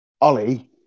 Ollie